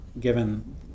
given